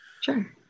Sure